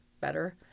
better